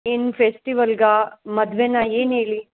ಏನು ಫೆಸ್ಟಿವಲ್ಲಿಗಾ ಮದ್ವೆಯಾ ಏನು ಹೇಳಿ